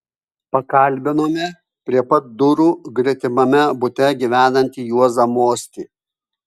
pakalbinome prie pat durų gretimame bute gyvenantį juozą mostį